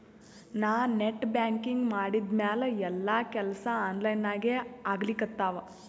ನಾ net banking ಮಾಡಿದ್ಮ್ಯಾಲ ಎಲ್ಲಾ ಕೆಲ್ಸಾ ಆನ್ಲೈನಾಗೇ ಆಗ್ಲಿಕತ್ತಾವ